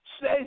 say